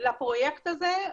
לפרויקט הזה.